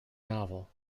novel